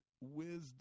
wisdom